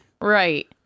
Right